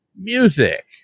music